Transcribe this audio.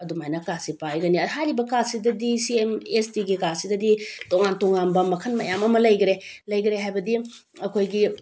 ꯑꯗꯨꯃꯥꯏꯅ ꯀꯥꯔꯠꯁꯦ ꯄꯥꯏꯒꯅꯤ ꯍꯥꯏꯔꯤꯕ ꯀꯥꯔꯠꯁꯤꯗꯗꯤ ꯁꯤ ꯑꯦꯝ ꯑꯦꯁ ꯇꯤꯒꯤ ꯀꯥꯔꯠꯁꯤꯗꯗꯤ ꯇꯣꯉꯥꯟ ꯇꯣꯉꯥꯟꯕ ꯃꯈꯜ ꯃꯌꯥꯝ ꯑꯃ ꯂꯩꯈꯔꯦ ꯂꯩꯈꯔꯦ ꯍꯥꯏꯕꯗꯤ ꯑꯩꯈꯣꯏꯒꯤ